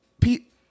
Pete